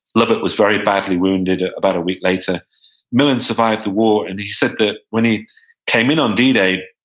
lovat was very badly wounded about a week later millin survived the war, and he said that when he came in on d-day,